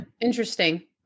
interesting